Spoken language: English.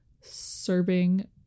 serving